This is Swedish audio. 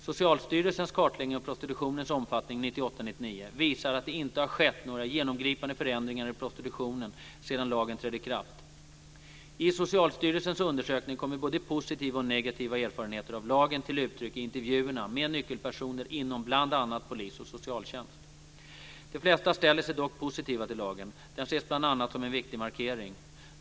Socialstyrelsens kartläggning av prostitutionens omfattning 1998-1999 visar att det inte har skett några genomgripande förändringar i prostitutionen sedan lagen trädde i kraft. I Socialstyrelsens undersökning kommer både positiva och negativa erfarenheter av lagen till uttryck i intervjuerna med nyckelpersoner inom bl.a. polis och socialtjänst. De flesta ställer sig dock positiva till lagen. Den ses bl.a. som en viktig markering.